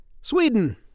Sweden